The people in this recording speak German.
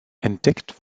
entdeckt